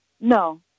No